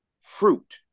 fruit